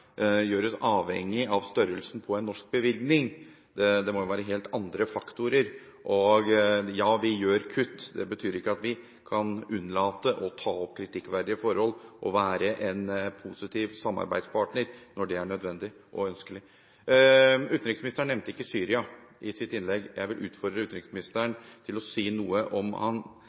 gjøres avhengig av størrelsen på en norsk bevilgning. Det må jo være helt andre faktorer som betyr noe. Ja, vi gjør kutt, men det betyr ikke at vi kan unnlate å ta opp kritikkverdige forhold og være en positiv samarbeidspartner når det er nødvendig og ønskelig. Utenriksministeren nevnte ikke Syria i sitt innlegg. Jeg vil utfordre utenriksministeren til å si om han